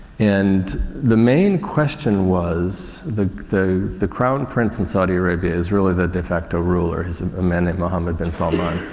and, the main question was the, the, the crown prince in saudi arabia is really the de facto ruler. he's a man named mohammed bin salman.